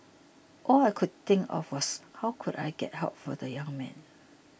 all I could think of was how could I get help for the young man